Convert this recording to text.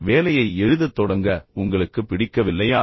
வேலையை எழுதத் தொடங்க உங்களுக்கு பிடிக்கவில்லையா